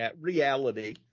reality